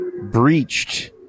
breached